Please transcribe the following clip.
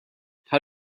how